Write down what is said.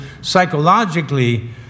psychologically